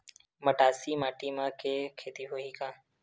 मटासी माटी म के खेती होही का?